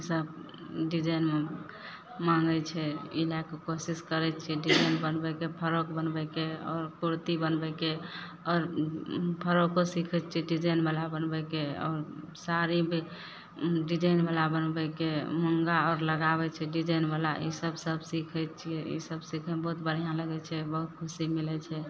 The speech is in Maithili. सब डिजाइन माँगय छै ई लएके कोशिश करय छियै डिजाइन बनबयके फ्रॉक बनबयके आओर कुर्ती बनबयके आओर फ्रॉको सीखय छियै डिजाइनवला बनबयके आओर साड़ी भी डिजाइनवला बनबयके मुँगा आओर लगाबय छै डिजाइनवला ई सब सब सीखय छियै ईसब सीखयमे बहुत बढ़िआँ लगय छै बहुत खुशी मिलय छै